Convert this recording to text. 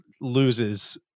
loses